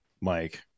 mike